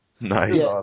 Nice